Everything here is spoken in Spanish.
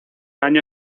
año